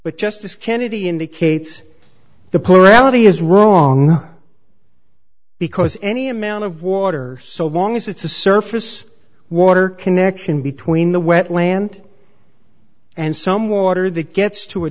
but justice kennedy indicates the poor analogy is wrong because any amount of water so long as it's a surface water connection between the wetland and some water that gets to a